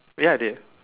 ya I did